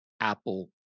Apple